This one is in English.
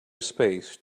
space